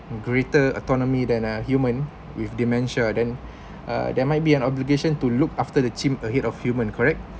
greater autonomy than uh human with dementia then uh there might be an obligation to look after the chim ahead of human correct